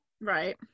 Right